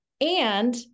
And-